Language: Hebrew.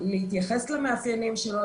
להתייחס למאפיינים שלו,